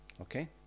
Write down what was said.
Okay